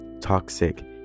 toxic